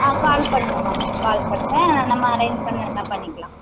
ஆ call பண்ணுங்க ma'am call பண்ணுங்க நான் நம்ம அரேஞ்ச் பண்ணி எல்லாம் பண்ணிக்கலாம்